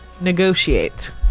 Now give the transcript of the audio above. negotiate